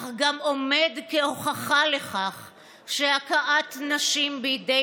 אך גם עומד כהוכחה לכך שהכאת נשים בידי